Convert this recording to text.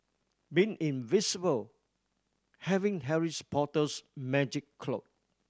being invisible having Harris Potter's magic cloak